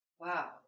wow